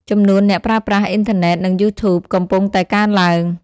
ចំនួនអ្នកប្រើប្រាស់អ៊ីនធឺណិតនិង YouTube កំពុងតែកើនឡើង។